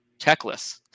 techless